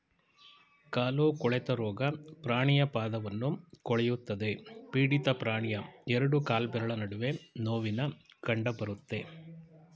ಕಾಲು ಕೊಳೆತ ರೋಗ ಪ್ರಾಣಿಯ ಪಾದವನ್ನು ಕೊಳೆಯುತ್ತದೆ ಪೀಡಿತ ಪ್ರಾಣಿಯ ಎರಡು ಕಾಲ್ಬೆರಳ ನಡುವೆ ನೋವಿನ ಕಂಡಬರುತ್ತೆ